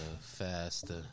faster